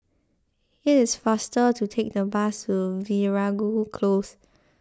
it is faster to take the bus to Veeragoo Close